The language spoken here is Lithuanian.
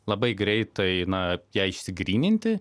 labai greitai na ją išsigryninti